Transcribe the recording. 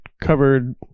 covered